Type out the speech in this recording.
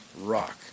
rock